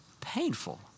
painful